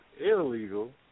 illegal